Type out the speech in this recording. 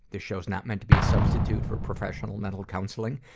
this show is not meant to be a substitute for professional mental counselling.